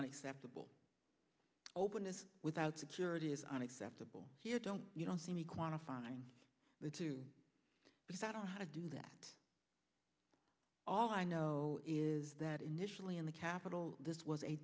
unacceptable openness without security is unacceptable here don't you don't see me quantifying the two if i don't know how to do that all i know is that initially in the capital this was a